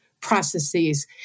processes